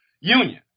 union